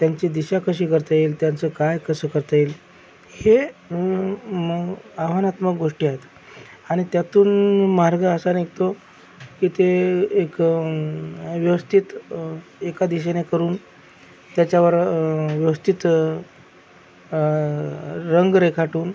त्यांची दिशा कशी करता येईल त्यांचं काय कसं करता येईल हे आव्हानात्मक गोष्टी आहेत आणि त्यातून मार्ग असा निघतो की ते एक व्यवस्थित एका दिशेने करून त्याच्यावर व्यवस्थित रंग रेखाटून